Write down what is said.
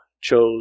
chose